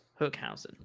Hookhausen